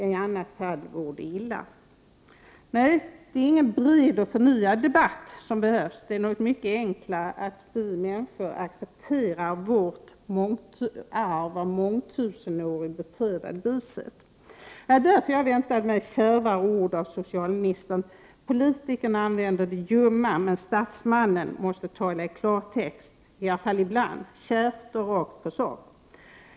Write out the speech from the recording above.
I annat fall vore det illa. Nej, det är ingen bred och förnyad debatt som behövs. Det är något mycket enklare: att vi människor accepterar vårt arv av mångtusenårig beprövad vishet. Det var därför jag hade väntat mig kärvare ord av socialministern. Politikerna använder ljumma ord, men statsmannen måste tala i klartext — i alla fall ibland — kärvt och rakt på sak.